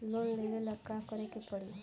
Loan लेवे ला का करे के पड़ी?